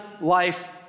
life